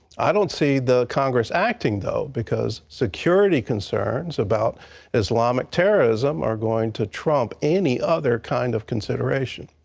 i don't see the congress acting, though, because security concerns about islamic terrorism are going to trump any other kind of consideration.